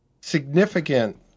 significant